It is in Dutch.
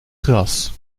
gras